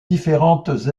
différentes